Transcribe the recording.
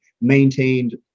maintained